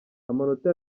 amanota